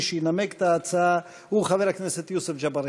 מי שינמק את ההצעה הוא חבר הכנסת יוסף ג'בארין.